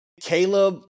Caleb